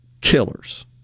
killers